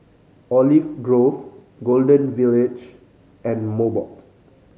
Olive Grove Golden Village and Mobot